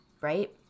Right